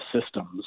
systems